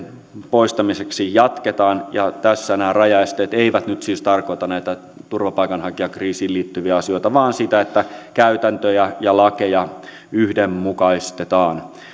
poistamiseksi jatketaan ja tässä nämä rajaesteet eivät nyt siis tarkoita näitä turvapaikanhakijakriisiin liittyviä asioita vaan sitä että käytäntöjä ja lakeja yhdenmukaistetaan